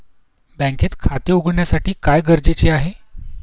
बँकेत खाते उघडण्यासाठी काय गरजेचे आहे?